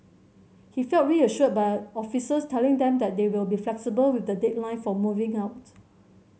he felt reassured by officers telling them that they will be flexible with the deadline for moving out